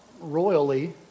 royally